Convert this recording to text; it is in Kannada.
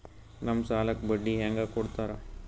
ನಮ್ ಸಾಲಕ್ ಬಡ್ಡಿ ಹ್ಯಾಂಗ ಕೊಡ್ತಾರ?